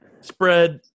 spread